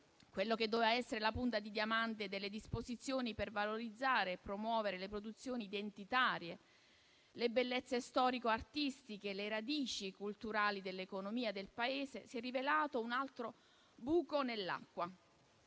Quello che doveva essere la punta di diamante delle disposizioni per valorizzare e promuovere le produzioni identitarie, le bellezze storico-artistiche e le radici culturali dell'economia del Paese, si è rivelato un altro buco nell'acqua.